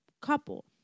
couple